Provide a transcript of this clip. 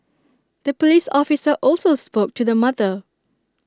the Police officer also spoke to the mother